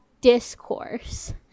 discourse